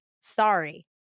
sorry